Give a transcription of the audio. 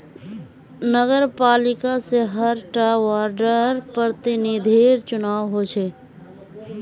नगरपालिका से हर टा वार्डर प्रतिनिधिर चुनाव होचे